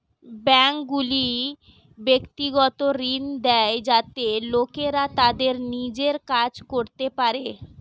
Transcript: ব্যাঙ্কগুলি ব্যক্তিগত ঋণ দেয় যাতে লোকেরা তাদের নিজের কাজ করতে পারে